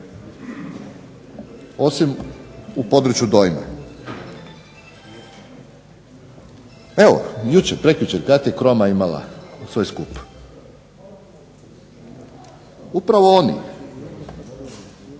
osim u području dojma. Evo jučer, prekjučer, kad je Chroma imala svoj skup. Upravo oni